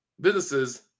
businesses